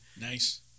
Nice